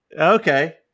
okay